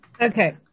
Okay